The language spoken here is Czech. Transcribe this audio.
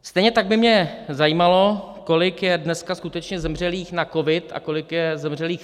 Stejně tak by mě zajímalo, kolik je dneska skutečně zemřelých na covid a kolik je zemřelých s covidem.